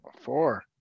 Four